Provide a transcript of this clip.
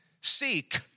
Seek